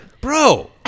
bro